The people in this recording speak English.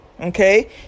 Okay